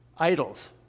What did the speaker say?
idols